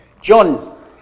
John